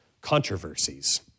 controversies